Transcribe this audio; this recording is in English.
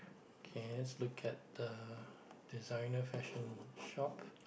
okay let's look at the designer fashion shop